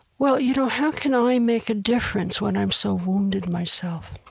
well, you know how can i make a difference when i'm so wounded, myself?